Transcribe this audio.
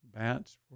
Bats